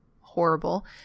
horrible